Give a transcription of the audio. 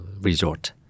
Resort